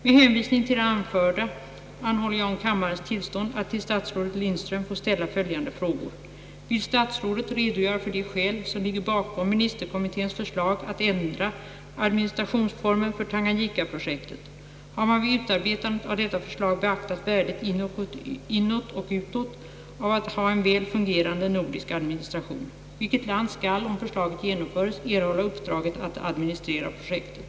Med hänvisning till det anförda anhåller jag om kammarens tillstånd att till statsrådet Lindström ställa följande frågor: Vill statsrådet redogöra för de skäl som ligger bakom ministerkommitténs förslag att ändra administrationsformen för Tanganyikaprojektet? Har man vid utarbetande av detta förslag beaktat värdet inåt och utåt av att ha en väl fungerande nordisk administration? Vilket land skall, om förslaget genomföres, erhålla uppdraget att administrera projektet?